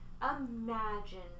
Imagine